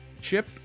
Chip